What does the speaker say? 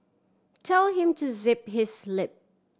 tell him to zip his lip